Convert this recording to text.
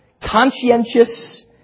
conscientious